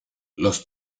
los